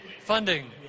Funding